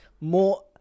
more